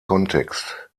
kontext